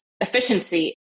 efficiency